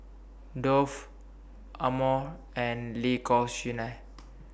Dove Amore and L'Occitane